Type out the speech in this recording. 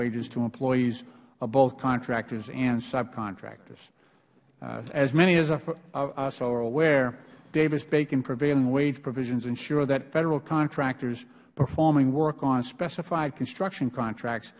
wages to employees of both contractors and subcontractors as many of us are aware davis bacon prevailing wage provisions ensure that federal contractors performing work on specified construction contracts